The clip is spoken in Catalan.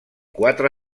quatre